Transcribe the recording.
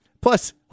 Plus